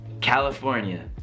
California